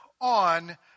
on